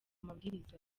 amabwiriza